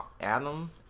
Adam